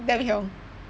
damn hiong